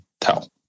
tell